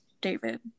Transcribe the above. David